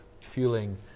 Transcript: fueling